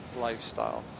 lifestyle